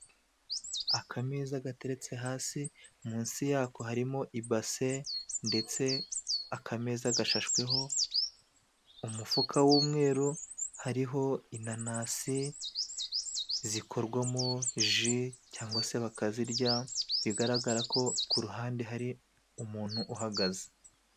Akameza gateretse hasi munsi yako harimo ibase, ndetse akameza gashashweho umufuka w'umweru, hariho inanasi zikorwamo ji cyangwa se bakazirya, bigaragara ko ku ruhande hari umuntu uhagaze.